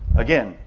again,